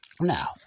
Now